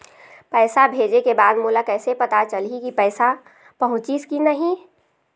पैसा भेजे के बाद मोला कैसे पता चलही की पैसा पहुंचिस कि नहीं?